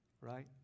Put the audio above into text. right